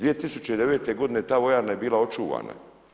2009. godine ta vojarna je bila očuvana.